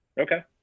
Okay